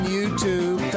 YouTube